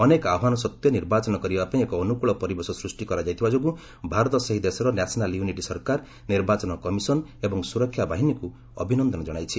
ଅନେକ ଆହ୍ୱାନ ସତ୍ତ୍ୱେ ନିର୍ବାଚନ କରିବା ପାଇଁ ଏକ ଅନୁକଳ ପରିବେଶ ସୃଷ୍ଟି କରାଇଥିବା ଯାଗୁ ଭାରତ ସେହି ଦେଶର ନ୍ୟାସନାଲ ୟୁନିଟି ସରକାର ନିର୍ବାଚନ କମିଶନ ଏବଂ ସୁରକ୍ଷା ବାହିନୀକୁ ଅଭିନନ୍ଦନ ଜଣାଇଛି